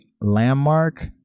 landmark